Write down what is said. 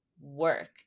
work